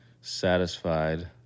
satisfied